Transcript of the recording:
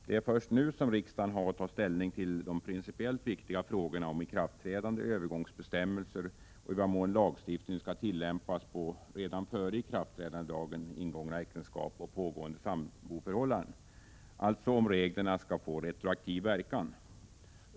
Det är först nu som riksdagen har att ta ställning till de principiellt viktiga frågorna om ikraftträdande, övergångsbestämmelser och i vad mån lagstiftningen skall tillämpas på redan före ikraftträdandedagen ingångna äktenskap och pågående samboförhållanden, alltså om reglerna skall få retroaktiv verkan.